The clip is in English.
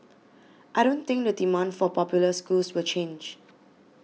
I don't think the demand for popular schools will change